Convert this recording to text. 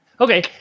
Okay